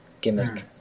gimmick